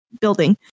building